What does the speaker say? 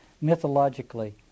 mythologically